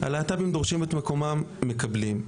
הלהט"בים דורשים את מקומם ומקבלים,